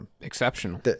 exceptional